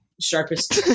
sharpest